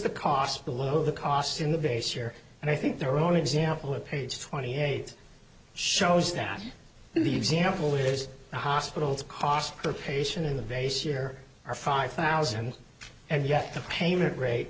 the cost below the cost in the base year and i think they're only example of page twenty eight shows that the example is the hospitals cost per patient in a vase year or five thousand and yet the payment rate